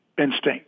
Instinct